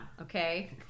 okay